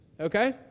Okay